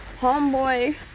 homeboy